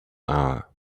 hour